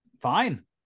Fine